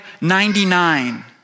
99